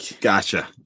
gotcha